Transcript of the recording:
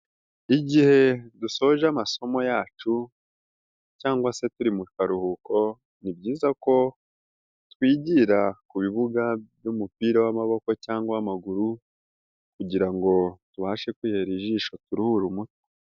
Igihe dusoje amasomo yacu, cyangwa se turi mu karuhuko ni byiza ko, twigira ku bibuga by'umupira wa'maboko cyangwa w'amaguru, kugira ngo tubashe kwihera ijisho turuhure umutwe.